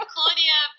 Claudia